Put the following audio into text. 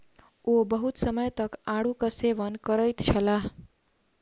ओ बहुत समय तक आड़ूक सेवन करैत छलाह